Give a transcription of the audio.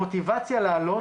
המוטיבציה לעלות